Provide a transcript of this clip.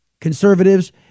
conservatives